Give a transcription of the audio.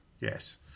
Yes